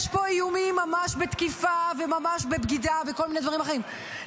יש פה איומים ממש בתקיפה וממש בבגידה ובכל מיני דברים אחרים.